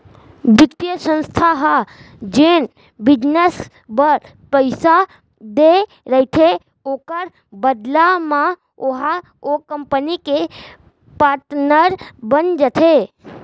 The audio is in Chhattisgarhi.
बित्तीय संस्था ह जेन बिजनेस बर पइसा देय रहिथे ओखर बदला म ओहा ओ कंपनी के पाटनर बन जाथे